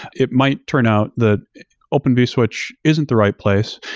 it might turn out that open vswitch isn't the right place,